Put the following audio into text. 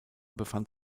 befand